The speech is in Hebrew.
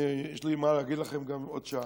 יש לי מה להגיד לכם גם עוד שעה.